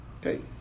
Okay